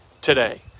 today